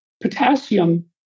potassium